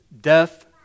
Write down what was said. Death